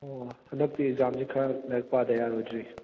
ꯑꯣ ꯍꯟꯗꯛꯇꯤ ꯑꯦꯛꯖꯥꯝꯁꯤ ꯈꯔ ꯂꯥꯏꯔꯤꯛ ꯄꯥꯗ ꯌꯥꯔꯣꯏꯗꯧꯔꯤ